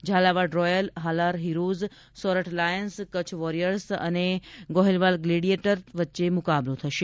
Jhalawad Royal Halar Heroes Sorath Lions Kutch Warriors અને Gohilwad Gladiator વચ્ચે મુકાબલો થશે